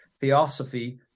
theosophy